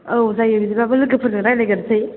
औ जायो बिदिबाबो लोगोफोरजों रायज्लायग्रोनोसै